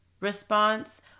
response